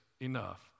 enough